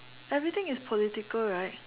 everything is political right